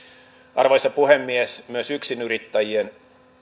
arvoisa puhemies myös yksinyrittäjien